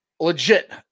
Legit